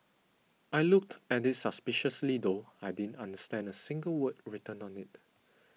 I looked at it suspiciously though I didn't understand a single word written on it